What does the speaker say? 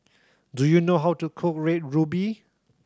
do you know how to cook Red Ruby